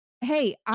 hey